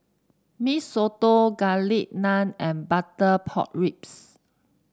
Mee Soto Garlic Naan and Butter Pork Ribs